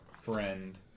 friend